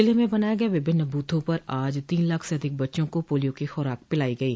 जिलें में बनाये गये विभिन्न बूथों पर आज तीन लाख से अधिक बच्चों को पोलियो की खूराक पिलाई गयी